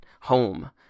home